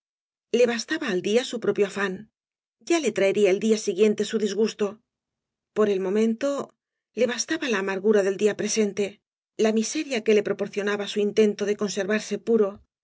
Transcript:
le basta al día su propio afán ta le traería el día siguiente su disgusto por el momento le bastaba la amargura del día presente la miseria que le proporcionaba su intento de conservarse puro